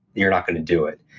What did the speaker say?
you're not going to do it,